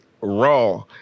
Raw